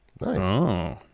Nice